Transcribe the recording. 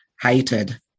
hated